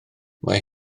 mae